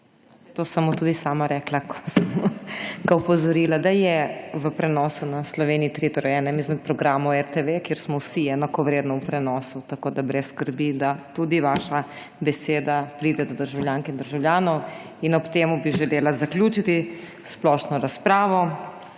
To sem mu tudi sama rekla, ko sem ga opozorila, da je v prenosu na Sloveniji 3, torej enem izmed programov RTV, kjer smo vsi enakovredno v prenosu. Tako brez skrbi, tudi vaša beseda pride do državljank in državljanov. Ob tem bi želela zaključiti splošno razpravo.